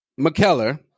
McKellar